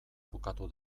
bukatu